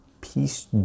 peace